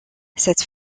cette